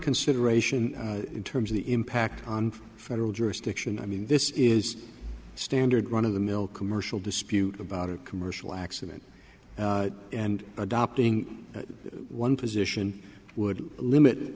consideration in terms of the impact on federal jurisdiction i mean this is standard run of the mill commercial dispute about a commercial accident and adopting one position would limit